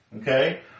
Okay